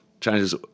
Changes